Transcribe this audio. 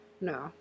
No